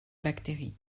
bactérie